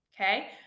okay